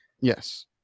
Yes